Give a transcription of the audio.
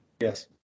Yes